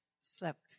Slept